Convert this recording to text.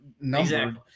number